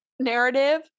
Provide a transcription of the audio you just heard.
Narrative